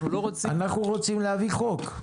אנחנו רוצים להביא חוק.